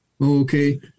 okay